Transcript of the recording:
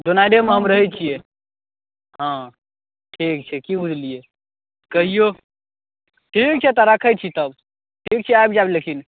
दोनाइरे मे हम रहै छियै हँ ठीक छै की बुझलिअइ कहिऔ ठीक छै तऽ राखै छी तब ठीक छै आबि जाएब लेकिन